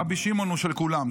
רבי שמעון הוא של כולם.